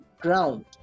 ground